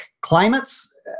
climates